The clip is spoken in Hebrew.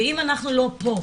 ואם אנחנו לא פה,